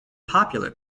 popular